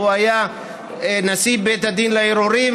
הוא היה נשיא בית הדין לערעורים,